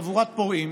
חבורת פורעים.